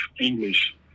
English